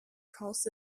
calls